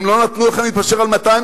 הם לא נתנו לכם להתפשר על 200,